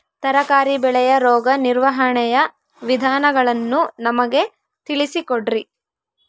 ತರಕಾರಿ ಬೆಳೆಯ ರೋಗ ನಿರ್ವಹಣೆಯ ವಿಧಾನಗಳನ್ನು ನಮಗೆ ತಿಳಿಸಿ ಕೊಡ್ರಿ?